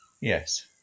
Yes